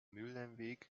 mühlenweg